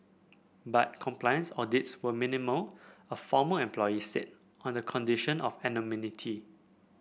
but compliance audits were minimal a former employee said on the condition of anonymity